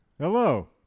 Hello